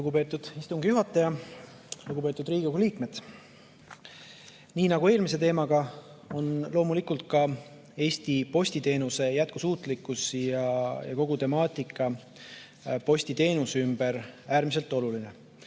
Lugupeetud istungi juhataja! Lugupeetud Riigikogu liikmed! Nii nagu eelmine teema, on loomulikult ka Eesti postiteenuse jätkusuutlikkus ja kogu temaatika postiteenuse ümber äärmiselt oluline,